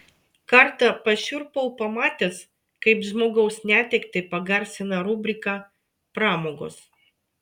kartą pašiurpau pamatęs kaip žmogaus netektį pagarsina rubrika pramogos